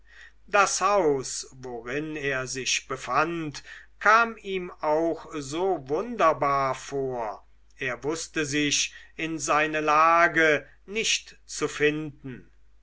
das haus worin er sich befand kam ihm auch so wunderbar vor er wußte sich in seine lage nicht zu finden